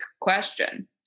question